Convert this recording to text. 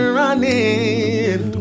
running